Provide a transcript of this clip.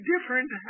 different